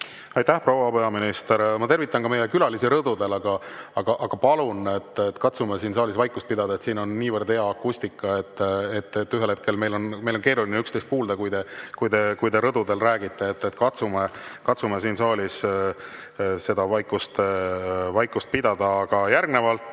Aitäh, proua peaminister! Ma tervitan ka meie külalisi rõdudel, aga palun katsume saalis vaikust pidada. Siin on niivõrd hea akustika, et ühel hetkel on meil keeruline üksteist kuulda, kui te rõdudel räägite. Katsume siin saalis vaikust pidada. Järgnevalt